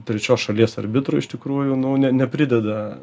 trečios šalies arbitrų iš tikrųjų nu ne neprideda